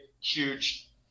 huge